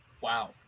Wow